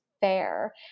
fair